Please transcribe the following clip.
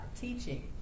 teaching